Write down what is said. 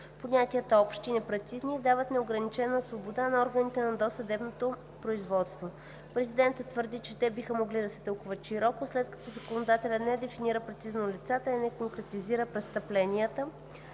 понятията са общи и непрецизни и дават неограничена свобода на органите на досъдебното производство. Президентът твърди, че те биха могли да се тълкуват широко, след като законодателят не дефинира прецизно лицата и не конкретизира престъпленията